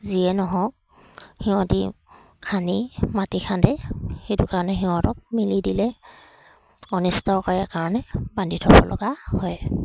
যিয়ে নহওক সিহঁতি খানি মাটি খান্দে সেইটো কাৰণে সিহঁতক মেলি দিলে অনিষ্টকাৰীৰ কাৰণে বান্ধি থ'ব লগা হয়